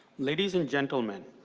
ladies and gentlemen,